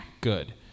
Good